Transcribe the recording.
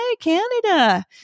Canada